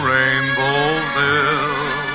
Rainbowville